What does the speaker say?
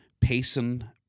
Payson